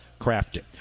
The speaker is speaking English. crafted